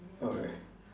oh right